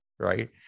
Right